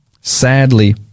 sadly